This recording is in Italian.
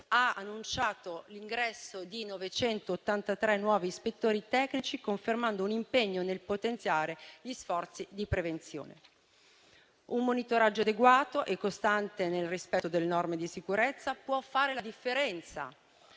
ha annunciato l'ingresso di 983 nuovi ispettori tecnici, confermando un impegno nel potenziare gli sforzi di prevenzione. Un monitoraggio adeguato e costante nel rispetto del norme di sicurezza può fare la differenza;